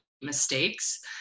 mistakes